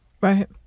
Right